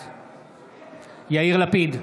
בעד יאיר לפיד,